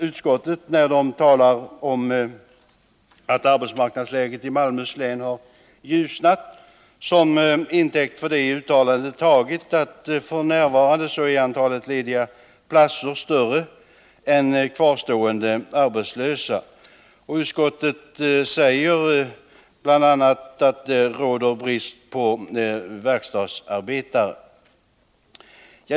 Utskottet har, när det talar om att arbetsmarknadsläget i Malmöhus län har ljusnat, som intäkt för detta tagit att antalet lediga platser f. n. är större än antalet kvarstående arbetslösa. Utskottet säger bl.a. att det råder brist på verkstadsarbetare.